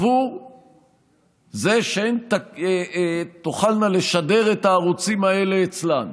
בעבור זה שהן תוכלנה לשדר את הערוצים האלה אצלן.